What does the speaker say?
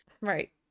right